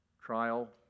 Trial